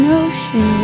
ocean